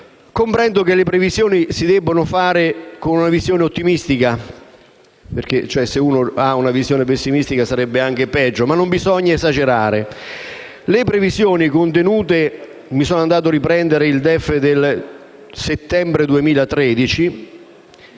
Comprendo che le previsioni si debbano fare con una visione ottimistica (se si avesse una visione pessimistica, sarebbe anche peggio), ma non bisogna esagerare. Le previsioni contenute nel DEF del settembre 2013